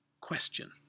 question